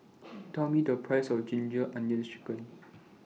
Tell Me The Price of Ginger Onions Chicken